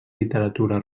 literatura